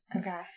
Okay